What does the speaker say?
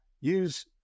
use